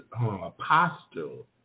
apostle